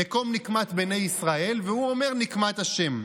"נקם נקמת בני ישראל", והוא אומר "נקמת ה'".